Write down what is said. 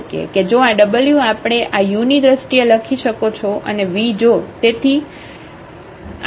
કે જો આ w આપણે આ u ની દ્રષ્ટિએ લખી શકો છો અને v જો